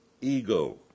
ego